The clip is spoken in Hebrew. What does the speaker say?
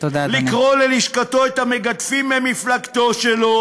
לקרוא ללשכתו את המגדפים ממפלגתו שלו